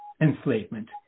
enslavement